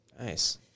Nice